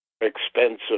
expensive